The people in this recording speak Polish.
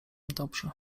dobrze